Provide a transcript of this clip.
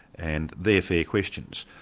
and they're fair questions.